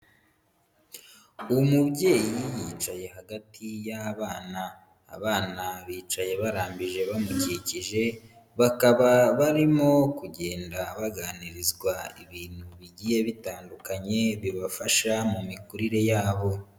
Umubyeyi yicaye hagati y'abana. Abana bicaye barambije bamukikije, bakaba barimo kugenda baganirizwa ibintu bigiye bitandukanye, bibafasha mu mikurire yabo.